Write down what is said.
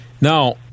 now